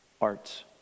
arts